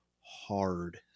hard